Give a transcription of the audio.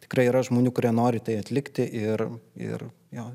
tikrai yra žmonių kurie nori tai atlikti ir ir jo